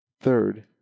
third